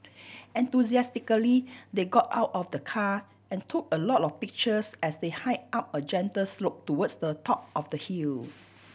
enthusiastically they got out of the car and took a lot of pictures as they hiked up a gentle slope towards the top of the hill